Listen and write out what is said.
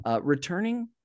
Returning